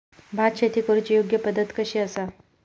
भात शेती करुची योग्य पद्धत कशी आसा?